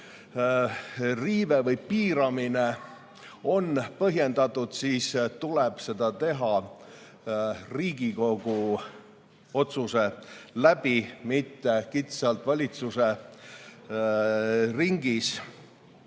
riive või piiramine on põhjendatud, siis tuleb seda teha Riigikogu otsusega, mitte kitsalt valitsuse ringis.